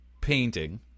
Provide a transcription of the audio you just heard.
painting